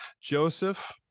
Joseph